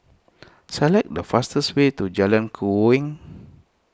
select the fastest way to Jalan Keruing